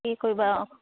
কি কৰিবা অঁ